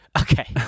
okay